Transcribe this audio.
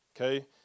okay